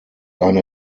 eine